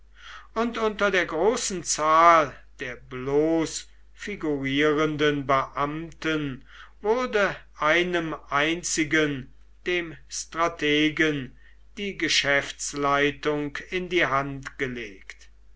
und unter der großen zahl der bloß figurierenden beamten wurde einem einzigen dem strategen die geschäftsleitung in die hand gelegt